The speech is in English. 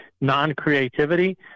non-creativity